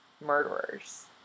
murderers